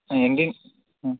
எங்கெங்கே ம்